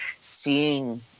seeing